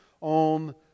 on